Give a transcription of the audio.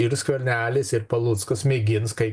ir skvernelis ir paluckas mėgins kai